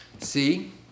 See